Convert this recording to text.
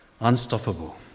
Unstoppable